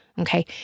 okay